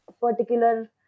particular